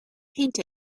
painting